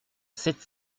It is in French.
sept